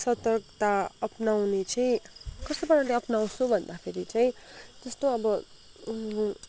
सतर्कता अपनाउने चाहिँ कस्तो प्रकारले अपनाउँछु भन्दाखेरि चाहिँ त्यस्तो अब